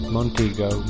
Montego